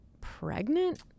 pregnant